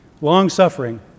Long-suffering